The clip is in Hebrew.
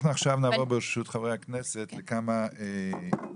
אנחנו עכשיו נעבור ברשות חברי הכנסת לכמה ארגונים.